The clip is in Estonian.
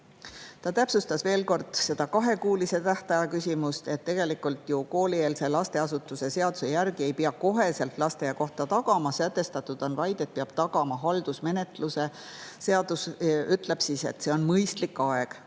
Ta täpsustas veel kord seda kahekuulise tähtaja küsimust, öeldes, et tegelikult ju koolieelse lasteasutuse seaduse järgi ei pea kohe lasteaiakohta tagama, sätestatud on vaid, et peab tagama haldusmenetluse. Seadus ütleb, et see on mõistlik aeg.